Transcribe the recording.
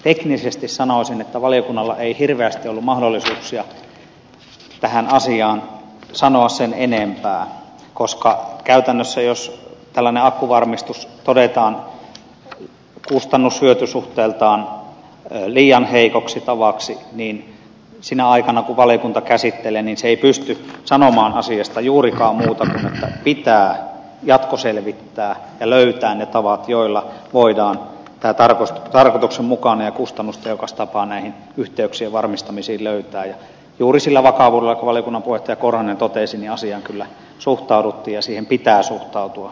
teknisesti sanoisin että valiokunnalla ei hirveästi ollut mahdollisuuksia tähän asiaan sanoa sen enempää koska käytännössä jos tällainen akkuvarmistus todetaan kustannushyöty suhteeltaan liian heikoksi tavaksi niin sinä aikana kun valiokunta asiaa käsittelee se ei pysty sanomaan siitä juurikaan muuta kuin että pitää jatkoselvittää ja löytää ne tavat joilla voidaan tämä tarkoituksenmukainen ja kustannustehokas tapa näihin yhteyksien varmistamisiin löytää ja juuri sillä vakavuudella kuten valiokunnan puheenjohtaja korhonen totesi asiaan kyllä suhtauduttiin ja siihen pitää suhtautua